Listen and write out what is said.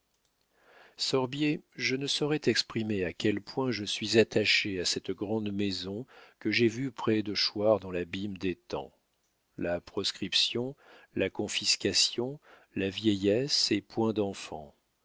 sorbier je ne saurais t'exprimer à quel point je suis attaché à cette grande maison que j'ai vue près de choir dans l'abîme des temps la proscription la confiscation la vieillesse et point d'enfant